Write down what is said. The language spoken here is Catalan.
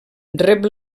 rep